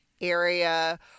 area